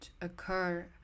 occur